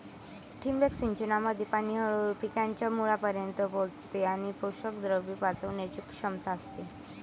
ठिबक सिंचनामध्ये पाणी हळूहळू पिकांच्या मुळांपर्यंत पोहोचते आणि पोषकद्रव्ये वाचवण्याची क्षमता असते